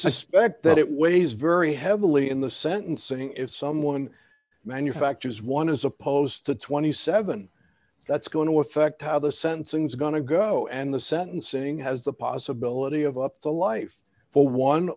suspect that it weighs very heavily in the sentencing if someone manufactures one as opposed to twenty seven that's going to affect how the sentencing is going to go and the sentencing has the possibility of up to life for one